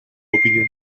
opinion